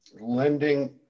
lending